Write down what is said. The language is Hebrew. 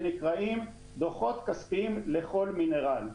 שנקראים דוחות כספיים לכל מינרל,